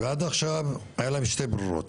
עד עכשיו היו להם שתי ברירות,